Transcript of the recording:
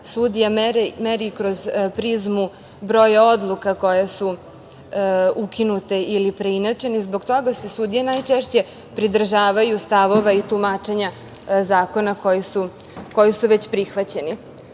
sudija meri kroz prizmu broja odluka koje su ukinute ili preinačeni. Zbog toga se sudije najčešće pridržavaju stavova i tumačenja zakona koji su već prihvaćeni,